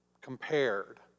compared